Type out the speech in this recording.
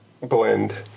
blend